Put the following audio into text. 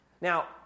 Now